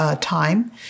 time